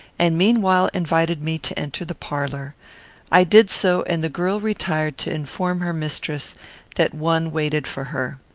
and meanwhile invited me to enter the parlour i did so and the girl retired to inform her mistress that one waited for her.